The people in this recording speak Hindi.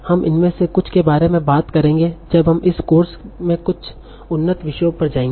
हम इनमें से कुछ के बारे में बात करेंगे जब हम इस कोर्स के कुछ उन्नत विषयों पर जाएंगे